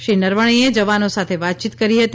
શ્રી નરવણેએ જવાનો સાથે વાતચીત કરી હતી